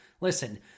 Listen